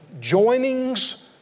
joinings